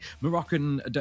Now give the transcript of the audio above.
Moroccan